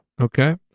Okay